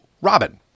robin